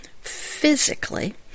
physically